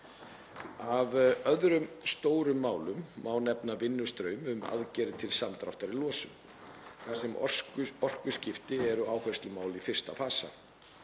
Af öðrum stórum málum má nefna vinnustraum um aðgerðir til samdráttar í losun þar sem orkuskipti eru áherslumál í fyrsta fasa,